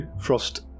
Frost